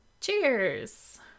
cheers